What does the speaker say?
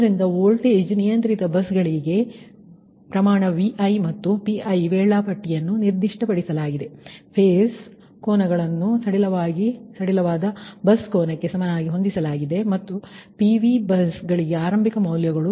ಆದ್ದರಿಂದ ವೋಲ್ಟೇಜ್ ನಿಯಂತ್ರಿತ ಬಸ್ಗಳಿಗೆ ಪ್ರಮಾಣ Vi ಮತ್ತು Pi ವೇಳಾಪಟ್ಟಿಯನ್ನು ನಿರ್ದಿಷ್ಟಪಡಿಸಲಾಗಿದೆ ಫೇಸ್ ಕೋನಗಳನ್ನು ಸಡಿಲವಾದ ಬಸ್ ಕೋನಕ್ಕೆ ಸಮನಾಗಿ ಹೊಂದಿಸಲಾಗಿದೆ ಇದು PV ಬಸ್ಗಳಿಗೆ ಆರಂಭಿಕ ಮೌಲ್ಯಗಳು